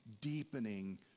deepening